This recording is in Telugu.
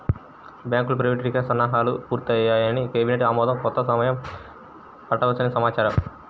బ్యాంకుల ప్రైవేటీకరణకి సన్నాహాలు దాదాపు పూర్తయ్యాయని, కేబినెట్ ఆమోదానికి కొంత సమయం పట్టవచ్చని సమాచారం